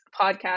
podcast